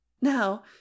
Now